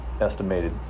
estimated